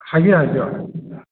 ꯍꯥꯏꯕꯤꯌꯣ ꯍꯥꯏꯕꯤꯌꯣ